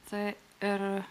taip ir